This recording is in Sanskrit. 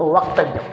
वक्तव्यं